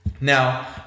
Now